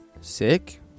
Sick